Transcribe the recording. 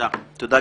תודה,